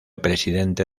presidente